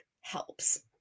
helps